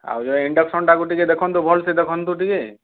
ଆଉ ଯେଉଁ ଇଣ୍ଡକସନ୍ଟାକୁ ଟିକେ ଦେଖନ୍ତୁ ଭଲ ସେ ଦେଖନ୍ତୁ ଟିକେ